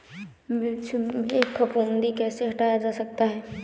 मिर्च में फफूंदी कैसे हटाया जा सकता है?